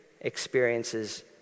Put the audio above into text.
experiences